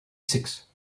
six